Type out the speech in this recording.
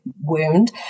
wound